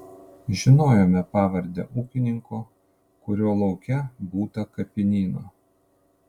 žinojome pavardę ūkininko kurio lauke būta kapinyno